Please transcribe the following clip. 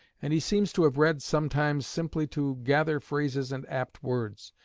and he seems to have read sometimes simply to gather phrases and apt words.